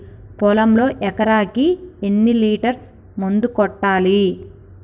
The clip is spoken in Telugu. పొలంలో ఎకరాకి ఎన్ని లీటర్స్ మందు కొట్టాలి?